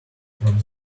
from